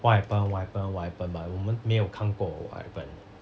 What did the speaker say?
what happen what happen what happen but 我们没有看过 what happened